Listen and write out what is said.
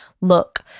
look